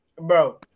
Bro